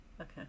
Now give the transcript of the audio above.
Okay